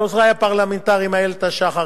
ולעוזרי הפרלמנטריים איילת השחר,